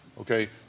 Okay